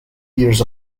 years